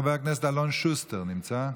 חבר הכנסת אלון שוסטר נמצא?